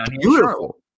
beautiful